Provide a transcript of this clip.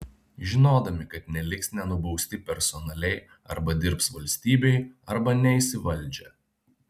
žinodami kad neliks nenubausti personaliai arba dirbs valstybei arba neis į valdžią